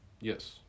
Yes